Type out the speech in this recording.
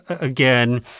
again